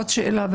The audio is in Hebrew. עוד שאלה.